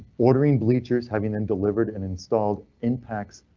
ordering bleachers, having them delivered and installed impacts.